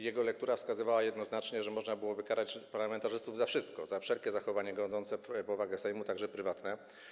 Jego lektura wskazywała jednoznacznie, że można byłoby karać parlamentarzystów za wszystko, za wszelkie zachowania godzące w powagę Sejmu, także prywatne.